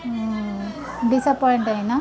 disappoint అయినాను